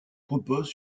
repose